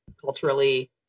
culturally